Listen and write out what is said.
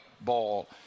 ball